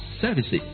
services